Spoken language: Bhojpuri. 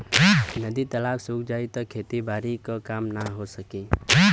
नदी तालाब सुख जाई त खेती बारी क काम ना हो सकी